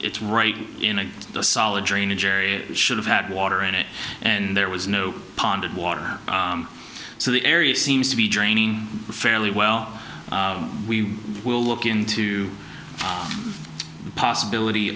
it's right in the solid drainage area should have had water in it and there was no pond water so the area seems to be draining fairly well we will look into the possibility